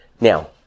Now